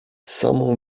samą